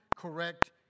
Correct